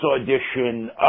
audition